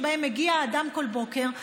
שבהם מגיע אדם כל בוקר,